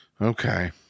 Okay